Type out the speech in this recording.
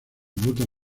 botas